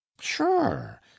sure